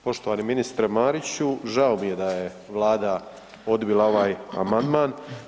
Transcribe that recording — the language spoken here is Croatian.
Poštovani ministre Mariću, žao mi je da je vlada odbila ovaj amandman.